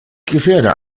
gefährder